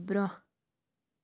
برٛونٛہہ